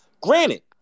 Granted